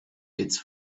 its